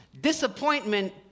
disappointment